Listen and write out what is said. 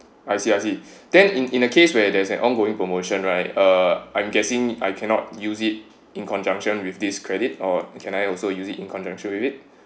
I see I see then in in a case where there is an ongoing promotion right uh I'm guessing I cannot use it in conjunction with this credit or can I also usually in conjunction with it